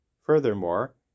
Furthermore